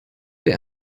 wer